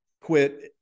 quit